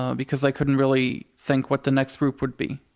because i couldn't really think what the next group would be.